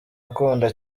akunda